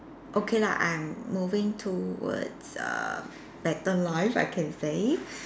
okay lah I'm moving towards a better life I can say